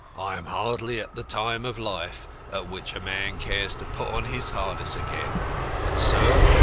i am hardly at the time of life at which a man cares to put on his harness again but, sir,